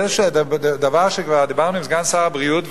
זה דבר שכבר דיברנו עם סגן שר הבריאות,